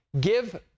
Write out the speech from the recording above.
Give